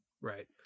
Right